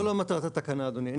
זאת לא מטרת התקנה, אדוני.